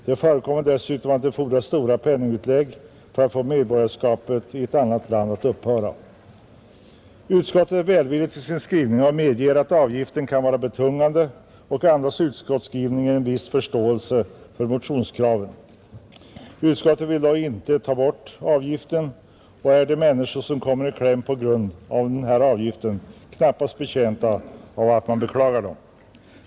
Det förekommer dessutom att det fordras stora penningutlägg för att få medborgarskapet i ett annat land att upphöra, Utskottet är välvilligt i sin skrivning och medger att avgiften kan vara betungande, Utskottsskrivningen andas en viss förståelse för motionskraven, Utskottet vill dock inte ta bort avgiften, och de människor som kommer i kläm på grund av denna avgift är knappast betjänta av att man beklagar dem.